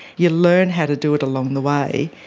you learn how to do it along the way.